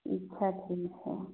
अच्छा ठीक है